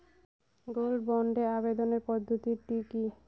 Gold বন্ডে আবেদনের পদ্ধতিটি কি?